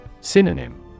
Synonym